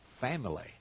family